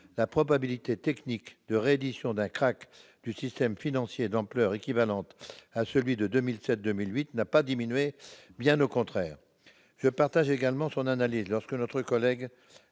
la probabilité technique de réédition d'un krach du système financier d'ampleur équivalente à celui de 2007-2008 n'a pas diminué, bien au contraire. Je partage également son analyse lorsque notre collègue